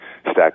stack